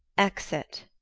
exit